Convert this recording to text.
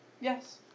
Yes